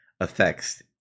effects